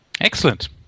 excellent